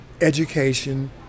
education